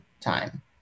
time